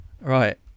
Right